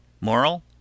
Moral